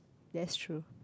that's true